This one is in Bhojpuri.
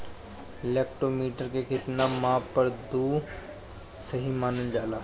लैक्टोमीटर के कितना माप पर दुध सही मानन जाला?